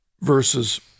verses